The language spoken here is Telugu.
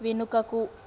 వెనుకకు